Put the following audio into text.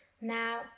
Now